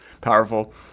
powerful